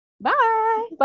Bye